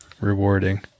rewarding